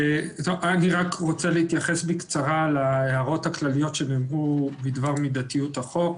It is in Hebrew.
רוצה להתייחס בקצרה להערות הכלליות שנאמרו בדבר מידתיות החוק.